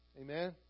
Amen